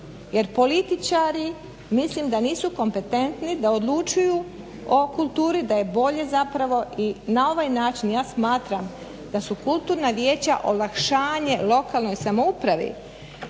jer političari mislim da nisu kompetentni da odlučuju o kulturi da je bolje zapravo i na ovaj način ja smatram da su kulturna vijeća olakšanje lokalnoj samoupravi.